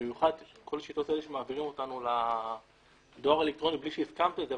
במיוחד כל השיטות האלו שמעבירות אותנו לדואר האלקטרוני בלי שהסכמתי לזה,